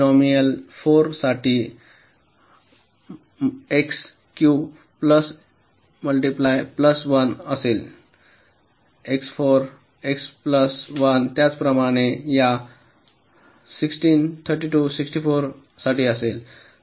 तर पॉलिनोमिल 4 साठी x cube plus x plus 1 असेल x 4 x प्लस 1 त्याचप्रमाणे या 16 32 64 साठी असेल